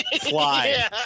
fly